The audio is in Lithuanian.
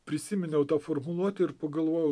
prisiminiau tą formuluotę ir pagalvojau